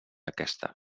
aquesta